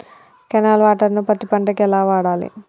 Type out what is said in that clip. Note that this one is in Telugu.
కెనాల్ వాటర్ ను పత్తి పంట కి ఎలా వాడాలి?